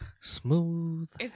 smooth